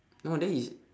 no then is